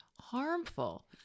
harmful